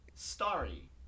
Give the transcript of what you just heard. Starry